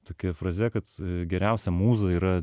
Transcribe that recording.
tokia fraze kad geriausia mūza yra